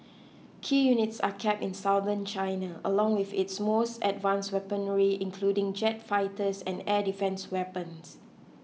key units are kept in Southern China along with its most advanced weaponry including jet fighters and air defence weapons